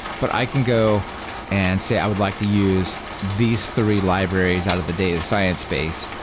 but i can go and say, i would like to use these three libraries out of the data science space.